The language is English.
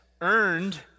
earned